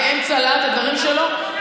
הוא היה באמצע להט הדברים שלו.